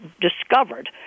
discovered